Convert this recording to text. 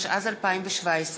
התשע"ז 2017,